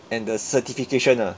and the certification lah